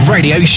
Radio